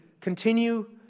continue